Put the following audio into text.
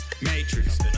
matrix